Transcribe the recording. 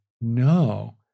no